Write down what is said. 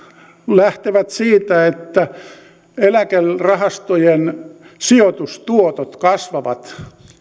lähtevät siitä että eläkerahastojen sijoitustuotot kasvavat